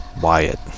Wyatt